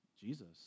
Jesus